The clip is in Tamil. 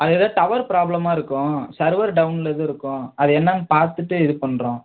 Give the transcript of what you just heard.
அது ஏதாவது டவர் ப்ராப்ளமாக இருக்கும் சர்வர் டவுன்லகீது இருக்கும் அது என்னன்னு பார்த்துட்டு இது பண்ணுறோம்